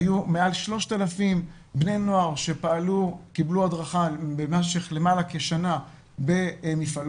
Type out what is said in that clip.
היו מעל 3,000 בני נוער שקיבלו הדרכה במשך למעלה משנה במפעלות,